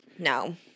No